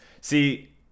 see